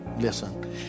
Listen